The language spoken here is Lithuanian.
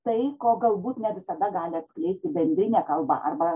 tai ko galbūt ne visada gali atskleisti bendrinė kalba arba